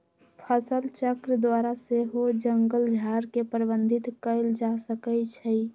फसलचक्र द्वारा सेहो जङगल झार के प्रबंधित कएल जा सकै छइ